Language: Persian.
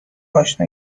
آشنا